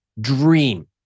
Dream